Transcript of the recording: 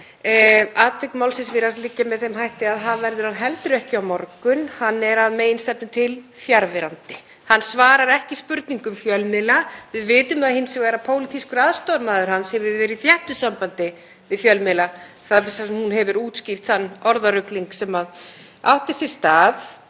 hætti að það verður hann heldur ekki á morgun. Hann er að meginstefnu til fjarverandi. Hann svarar ekki spurningum fjölmiðla. Við vitum það hins vegar að pólitískur aðstoðarmaður hans hefur verið í þéttu sambandi við fjölmiðla. Það er hún sem hefur útskýrt þann orðarugling sem átti sér stað